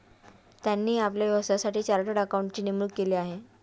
त्यांनी आपल्या व्यवसायासाठी चार्टर्ड अकाउंटंटची नेमणूक केली आहे